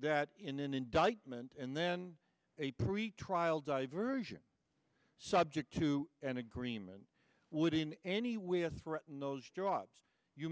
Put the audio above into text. that in an indictment and then a pretrial diversion subject to an agreement would in any way to threaten those jobs you